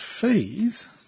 fees